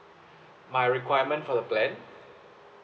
my requirement for the plan